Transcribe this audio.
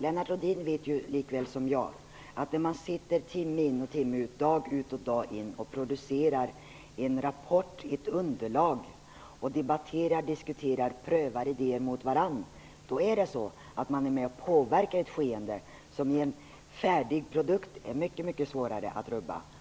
Lennart Rohdin vet lika väl som jag att när man sitter timme ut och timme in dag ut och dag in och producerar en rapport, ett underlag, och debatterar, diskuterar och prövar idéer mot varandra, är man med och påverkar ett skeende. En färdig produkt är mycket svårare att rubba.